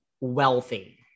wealthy